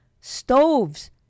stoves